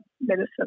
medicine